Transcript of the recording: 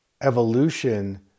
evolution